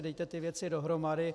Dejte si ty věci dohromady.